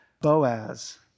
Boaz